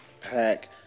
pack